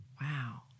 wow